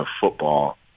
football